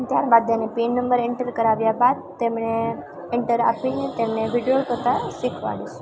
ત્યારબાદ તેને pin number enter કરાવ્યા બાદ તેમણે એન્ટર આપીને તેમને વિધ્ડ્રોઅલ કરતાં શીખવાડીશું